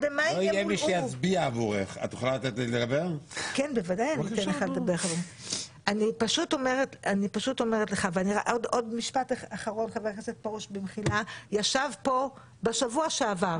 ישב פה בשבוע שעבר